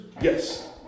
Yes